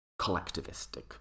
collectivistic